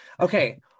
Okay